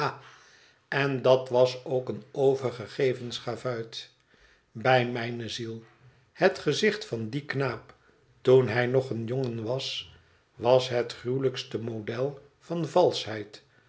en dat was ook een overgegeven schavuit bij mijne ziel het gezicht van dien knaap toen hij nog een jongen was was het gruwelijkste model van valschheid